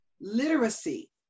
literacy